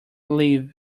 live